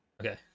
Okay